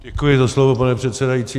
Děkuji za slovo, pane předsedající.